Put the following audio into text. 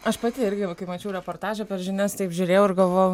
aš pati irgi va kaip mačiau reportažą per žinias taip žiūrėjau ir galvojau